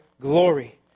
glory